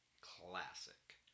Classic